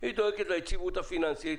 היא דואגת ליציבות הפיננסית,